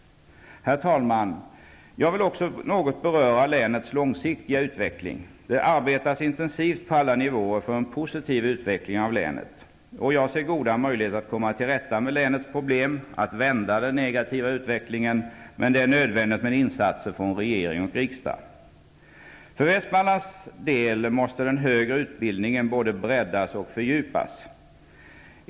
Herr talman! Jag vill också något beröra länets långsiktiga utveckling. Det arbetas intensivt på alla nivåer för en positiv utveckling av länet. Jag ser goda möjligheter till att man skall komma till rätta med länets problem och vända den negativa utvecklingen. Men det är nödvändigt med insatser från regering och riksdag. För Västmanlands del måste den högre utbildningen både breddas och fördjupas.